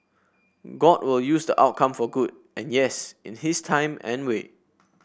god will use the outcome for good and yes in his time and way